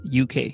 UK